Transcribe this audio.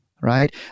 right